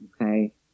Okay